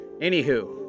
anywho